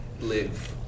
live